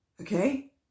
Okay